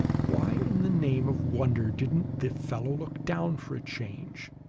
why in the name of wonder didn't the fellow look down, for a change?